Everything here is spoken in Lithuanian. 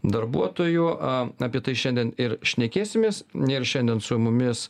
darbuotojų apie tai šiandien ir šnekėsimės ir šiandien su mumis